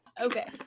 Okay